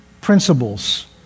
principles